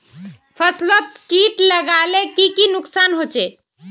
फसलोत किट लगाले की की नुकसान होचए?